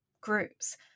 groups